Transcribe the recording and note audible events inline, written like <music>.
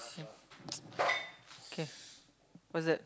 <noise> okay what't that